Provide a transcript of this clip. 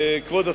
כבוד השרים,